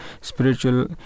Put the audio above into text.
spiritual